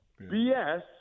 BS